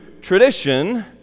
tradition